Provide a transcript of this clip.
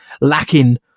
lacking